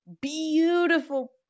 beautiful